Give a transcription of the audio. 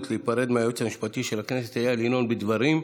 להיפרד מהיועץ המשפטי של הכנסת בדברים,